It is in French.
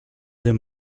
des